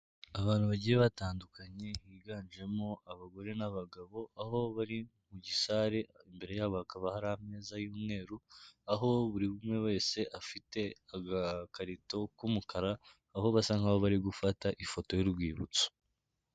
Abantu bagiye batandukanye higanjemo abagore n'abagabo, aho bari mu gisare, imbere yabo hakaba hari ameza y'umweru, aho buri umwe wese afite agakarito k'umukara, aho basa nkaho bari gufata ifoto y'urwibutso.